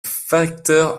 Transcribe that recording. facteur